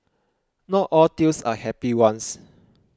not all tales are happy ones